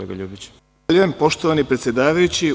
Zahvaljujem, poštovani predsedavajući.